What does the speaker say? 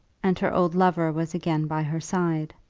and her old lover was again by her side.